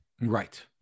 Right